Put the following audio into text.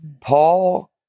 Paul